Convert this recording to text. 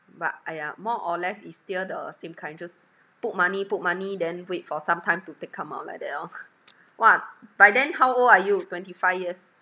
but !aiya! more or less it's still the same kind just put money put money then wait for some time to take come out like that orh !wah! by then how old are you twenty five years